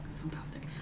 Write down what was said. Fantastic